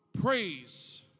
Praise